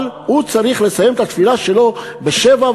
אבל הוא צריך לסיים את התפילה שלו ב-07:15,